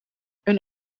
een